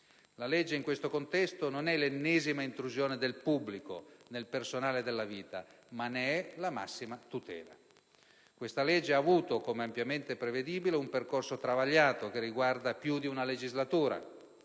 La legge, in questo contesto, non è l'ennesima intrusione del pubblico nel personale della vita, ma ne è la massima tutela. Questa legge ha avuto, come ampiamente prevedibile, un percorso travagliato, che riguarda più di una legislatura